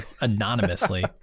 anonymously